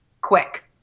quick